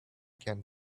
can